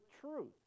truth